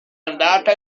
andata